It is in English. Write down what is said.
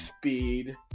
speed